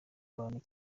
abantu